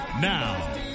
Now